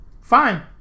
fine